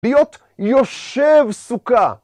להיות יושב סוכה.